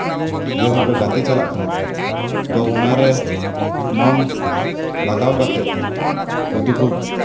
ᱡᱮᱵᱷᱟᱵᱮ ᱜᱟᱛᱮ ᱪᱟᱞᱟᱜ ᱠᱟᱱᱟ ᱛᱳ ᱚᱱᱟᱨᱮ ᱢᱚᱱ ᱞᱟᱜᱟᱣ ᱠᱟᱛᱮᱠ ᱡᱩᱫᱤ ᱠᱚ